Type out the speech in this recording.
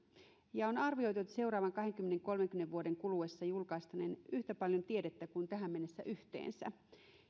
ja on arvioitu että seuraavien kahdenkymmenen viiva kolmenkymmenen vuoden kuluessa julkaistaneen yhtä paljon tiedettä kuin tähän mennessä yhteensä